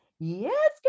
Yes